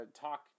talk